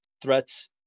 threats